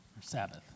Sabbath